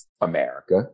America